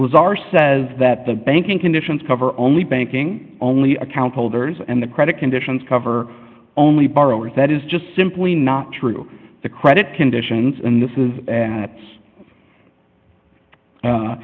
was are says that the banking conditions cover only banking only account holders and the credit conditions cover only borrowers that is just simply not true the credit conditions and this is